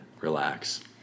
relax